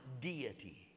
deity